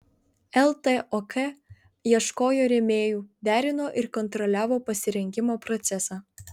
ltok ieškojo rėmėjų derino ir kontroliavo pasirengimo procesą